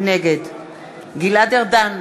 נגד גלעד ארדן,